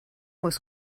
was